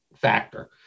factor